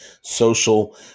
social